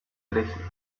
trece